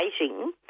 waiting